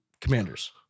Commanders